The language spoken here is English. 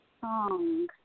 song